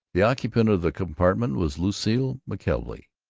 the occupant of the compartment was lucile mckelvey,